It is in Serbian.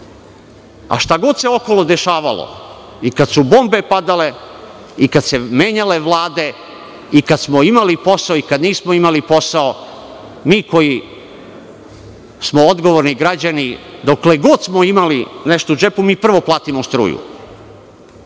a šta god se okolo dešavalo, i kada su bombe padale, i kad su se menjale vlade, i kad smo imali posao, i kada nismo imali posao, mi koji smo odgovorni građani, dokle god smo imali nešto u džepu, mi prvo platimo struju.